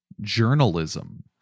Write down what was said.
journalism